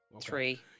Three